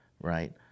right